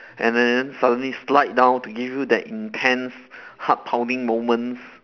and then suddenly slide down to give you that intense heart pounding moments